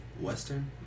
Western